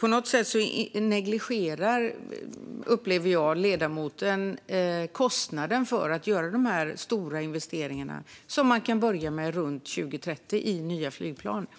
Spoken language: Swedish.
Jag upplever att ledamoten på något sätt negligerar kostnaden för att göra de stora investeringarna i nya flygplan som man kan börja med runt 2030.